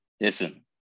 Listen